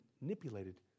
manipulated